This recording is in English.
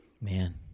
Man